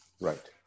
Right